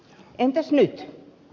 entäs nyt